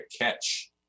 catch